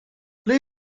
ble